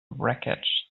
wreckage